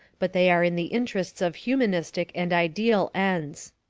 but they are in the interests of humanistic and ideal ends.